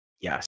Yes